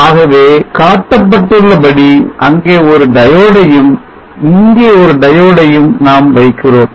ஆகவே காட்டப்பட்டுள்ள படி அங்கே ஒரு diode டையும் இங்கே ஒரு diode டையும் நாம் வைக்கிறோம்